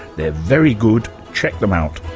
they're very good, check them out.